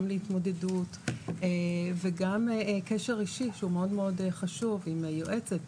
להתמודדות וגם קשר אישי שהוא מאוד מאוד חשוב עם היועצת,